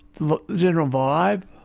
the general vibe.